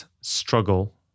struggle